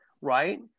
right